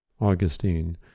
Augustine